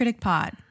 Pod